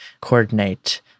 coordinate